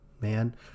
Man